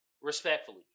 Respectfully